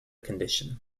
condition